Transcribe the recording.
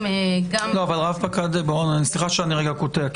אבל רב פקד בוארון סליחה שאני רגע קוטע,